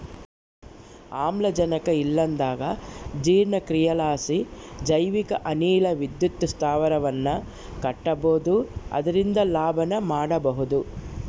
ಆಮ್ಲಜನಕ ಇಲ್ಲಂದಗ ಜೀರ್ಣಕ್ರಿಯಿಲಾಸಿ ಜೈವಿಕ ಅನಿಲ ವಿದ್ಯುತ್ ಸ್ಥಾವರವನ್ನ ಕಟ್ಟಬೊದು ಅದರಿಂದ ಲಾಭನ ಮಾಡಬೊಹುದು